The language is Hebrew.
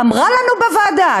שאמרה לנו בוועדה: